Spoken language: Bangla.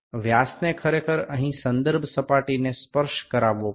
ব্যাসটিকে এখানে আসলে যে তলের সাপেক্ষে পরিমাপ করা হচ্ছে সেই তালে স্পর্শ করাতে হবে